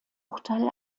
urteil